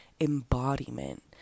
embodiment